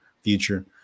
future